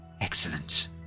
Excellent